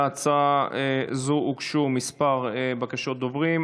להצעה זו הוגשו כמה בקשות דיבור.